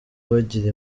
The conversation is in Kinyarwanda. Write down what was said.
bagira